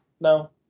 No